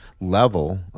level